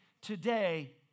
today